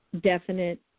definite